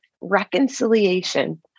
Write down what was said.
reconciliation